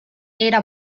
era